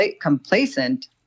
complacent